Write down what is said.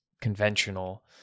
conventional